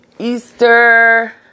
Easter